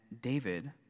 David